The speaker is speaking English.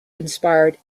inspired